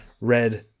red